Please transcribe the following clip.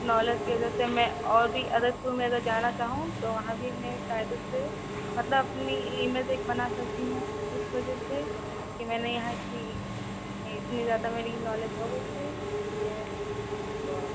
knowledge की वजह से मैं और भी अदर इस्कूल में अगर जाना चाहूँ तो वहाँ भी मैं कायदे से मतलब अपनी इमेज एक बना सकती हूँ इस वजह से कि मैंने यहाँ इतनी ए इतनी ज्यादा मेरी नॉलेज हो गई है कि तो अब